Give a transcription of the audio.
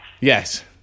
Yes